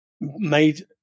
made